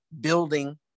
building